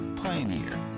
Pioneer